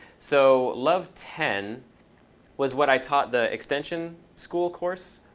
so love ten was what i taught the extension school course,